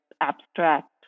abstract